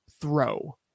throw